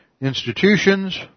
Institutions